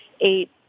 eight